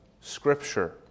Scripture